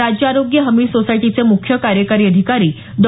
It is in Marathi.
राज्य आरोग्य हमी सोसायटीचे मुख्य कार्यकारी अधिकारी डॉ